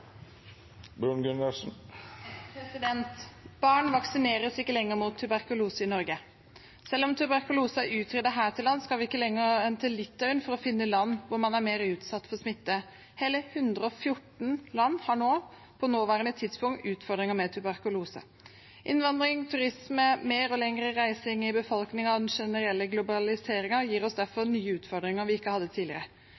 Barn vaksineres ikke lenger mot tuberkulose i Norge. Selv om tuberkulose er utryddet her til lands, skal vi ikke lenger enn til Litauen for å finne et land der man er mer utsatt for smitte. Hele 114 land har på nåværende tidspunkt utfordringer med tuberkulose. Innvandring, turisme, mer og lengre reising i befolkningen og den generelle globaliseringen gir oss derfor